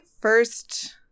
first